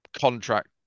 contract